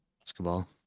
Basketball